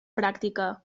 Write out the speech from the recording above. pràctica